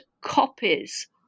copies